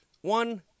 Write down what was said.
One